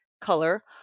color